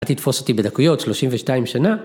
אל תתפוס אותי בדקויות 32 שנה.